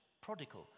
prodigal